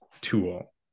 tool